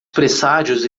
presságios